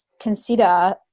consider